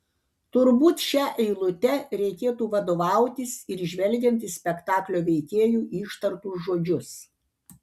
turbūt šia eilute reikėtų vadovautis ir žvelgiant į spektaklio veikėjų ištartus žodžius